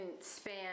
span